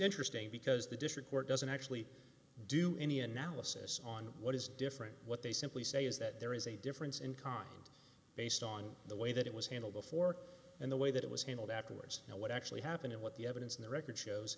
interesting because the district court doesn't actually do any analysis on what is different what they simply say is that there is a difference in kind based on the way that it was handled before and the way that it was handled afterwards now what actually happened and what the evidence in the record shows